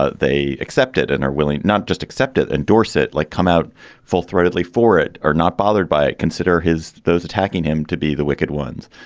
ah they accept it and are willing not just accept it, endorse it like come out full throatedly for it, are not bothered by it. consider his those attacking him to be the wicked ones.